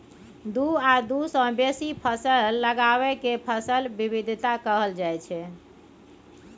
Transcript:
दु आ दु सँ बेसी फसल लगाएब केँ फसल बिबिधता कहल जाइ छै